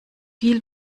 viel